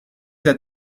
that